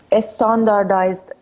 standardized